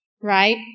right